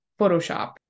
Photoshop